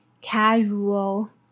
casual